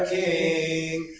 a